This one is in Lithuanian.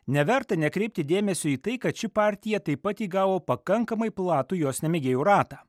neverta nekreipti dėmesio į tai kad ši partija taip pat įgavo pakankamai platų jos nemėgėjų ratą